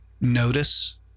notice